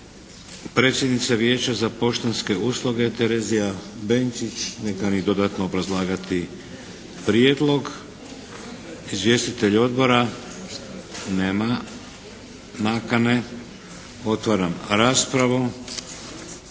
Predsjednica Vijeća za poštanske usluge Terezija Benčić ne kani dodatno obrazlagati prijedlog. Izvjestitelj Odbora. Nema nakane. Otvaram raspravu.